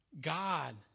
God